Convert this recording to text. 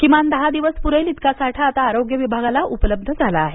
किमान दहा दिवस प्रेल इतका साठा आता आरोग्य विभागाला उपलब्ध झाला आहे